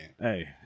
Hey